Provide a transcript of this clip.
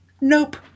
Nope